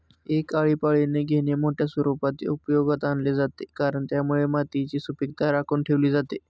एक आळीपाळीने घेणे मोठ्या स्वरूपात उपयोगात आणले जाते, कारण त्यामुळे मातीची सुपीकता राखून ठेवली जाते